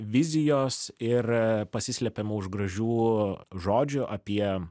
vizijos ir pasislepiama už gražių žodžių apie